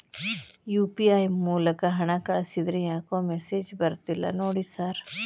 UPI ಮೂಲಕ ಹಣ ಕಳಿಸಿದ್ರ ಯಾಕೋ ಮೆಸೇಜ್ ಬರ್ತಿಲ್ಲ ನೋಡಿ ಸರ್?